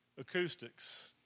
acoustics